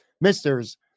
misters